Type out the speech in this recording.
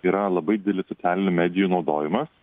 yra labai didelis socialinių medijų naudojimas